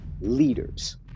leaders